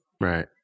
Right